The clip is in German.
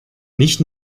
nicht